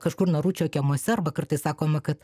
kažkur naručio kiemuose arba kartais sakoma kad